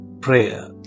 prayer